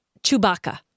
Chewbacca